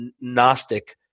Gnostic